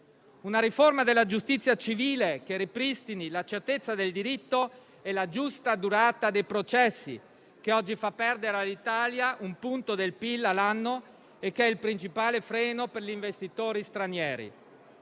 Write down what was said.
una riforma della giustizia civile, che ripristini la certezza del diritto e la giusta durata dei processi, che oggi fa perdere all'Italia un punto del PIL all'anno e rappresenta il principale freno per gli investitori stranieri.